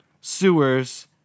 sewers